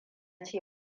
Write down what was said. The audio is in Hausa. ce